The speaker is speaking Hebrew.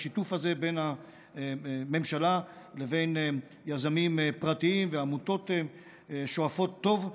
השיתוף הזה בין הממשלה לבין יזמים פרטיים ועמותות שואפות טוב,